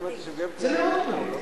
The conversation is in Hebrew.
זה בהחלט פוליטי, זה מאוד פוליטי.